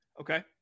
Okay